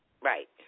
Right